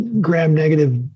gram-negative